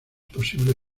posible